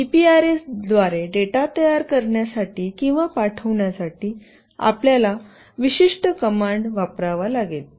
GPRS द्वारे data तयार करण्यासाठी किंवा पाठविण्यासाठी आपल्याला विशिष्ट कमांड वापरावा लागेल